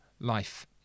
life